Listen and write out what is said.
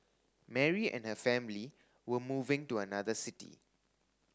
Mary and her family were moving to another city